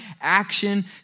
action